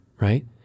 right